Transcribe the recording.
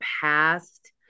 past